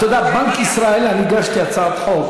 אתה יודע, בנק ישראל, הגשתי הצעת חוק